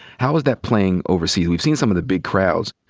how is that playing overseas? we've seen some of the big crowds.